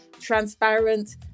transparent